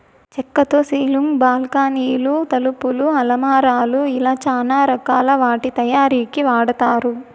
చక్కతో సీలింగ్, బాల్కానీలు, తలుపులు, అలమారాలు ఇలా చానా రకాల వాటి తయారీకి వాడతారు